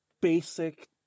basic